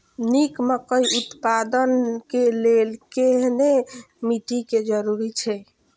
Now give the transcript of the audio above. निक मकई उत्पादन के लेल केहेन मिट्टी के जरूरी छे?